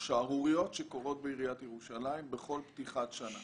לשערוריות שקורות בעיריית ירושלים בכל פתיחת שנה.